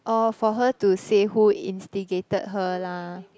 or for her to say who instigated her lah